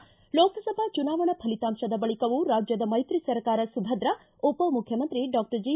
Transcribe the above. ಿ ಲೋಕಸಭಾ ಚುನಾವಣಾ ಫಲಿತಾಂಶದ ಬಳಿಕವೂ ರಾಜ್ದದ ಮೈತ್ರಿ ಸರ್ಕಾರ ಸುಭದ್ರ ಉಪಮುಖ್ಯಮಂತ್ರಿ ಡಾಕ್ಷರ್ ಜೆ